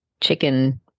chicken